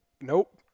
nope